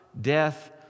death